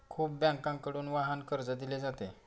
खूप बँकांकडून वाहन कर्ज दिले जाते